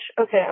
okay